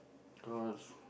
cause